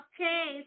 Okay